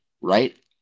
right